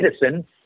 medicine